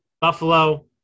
Buffalo